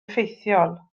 effeithiol